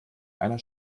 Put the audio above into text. einer